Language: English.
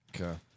Okay